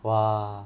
!wah!